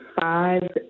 five